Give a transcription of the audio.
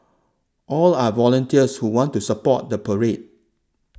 all are volunteers who want to support the parade